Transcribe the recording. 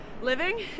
living